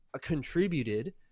contributed